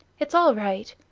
it's all right.